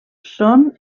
són